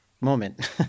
moment